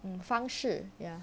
mm 方式 ya